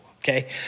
okay